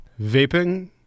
vaping